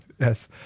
yes